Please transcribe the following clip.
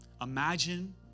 Imagine